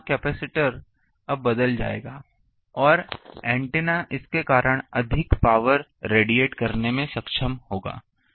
तो यह कैपेसिटर अब बदल जाएगा और ऐन्टेना इसके कारण अधिक पावर रेडिएट करने में सक्षम होगा